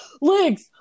legs